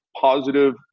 positive